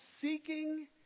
seeking